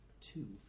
Two